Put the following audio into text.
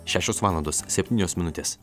šešios valandos septynios minutės